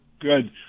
Good